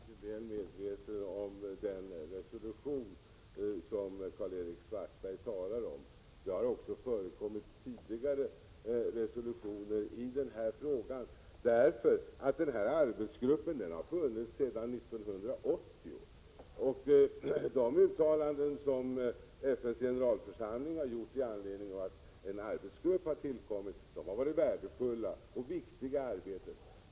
Herr talman! Jag är mycket väl medveten om den resolution som Karl-Erik Svartberg talar om. Det har också förekommit tidigare resolutioner i den här frågan, eftersom arbetsgruppen har funnits sedan 1980. De uttalanden som FN:s generalförsamling har gjort i anledning av att en arbetsgrupp har tillkommit har varit värdefulla och viktiga i arbetet.